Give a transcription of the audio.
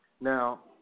Now